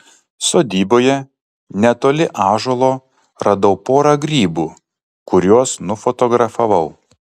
sodyboje netoli ąžuolo radau porą grybų kuriuos nufotografavau